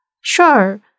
Sure